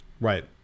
Right